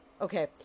Okay